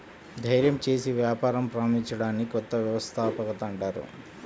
ధైర్యం చేసి వ్యాపారం ప్రారంభించడాన్ని కొత్త వ్యవస్థాపకత అంటారు